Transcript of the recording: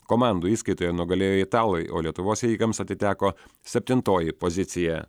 komandų įskaitoje nugalėjo italai o lietuvos ėjikams atiteko septintoji pozicija